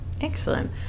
Excellent